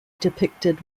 depicted